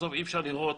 בסוף אי אפשר לראות